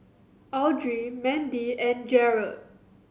Audry Mendy and Jarrad